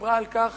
דיברה על כך